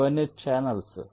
ఇవన్నీ ఛానెల్స్